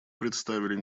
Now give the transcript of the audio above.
представили